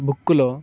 బుక్కులో